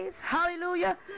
Hallelujah